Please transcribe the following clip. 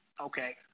okay